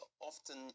often